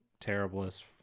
terriblest